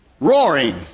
roaring